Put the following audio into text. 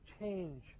change